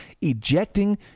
ejecting